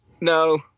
No